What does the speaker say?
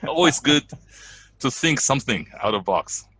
and always good to think something out of box.